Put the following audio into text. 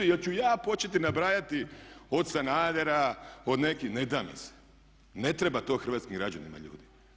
Jer ću ja početi nabrajati od Sanadera, od nekih, neda mi se, ne treba to hrvatskim građanima ljudi.